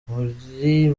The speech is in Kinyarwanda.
buri